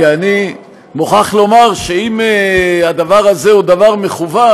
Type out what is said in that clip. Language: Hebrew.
כי אני מוכרח לומר שאם הדבר הזה הוא מכוון,